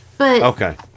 Okay